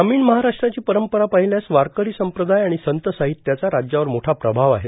ग्रामीण महाराष्ट्राची परंपरा पाहिल्यास वारकरी संप्रदाय आणि संत साहित्याचा राज्यावर मोठा प्रभाव आहे